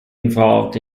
involved